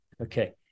okay